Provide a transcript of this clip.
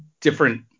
different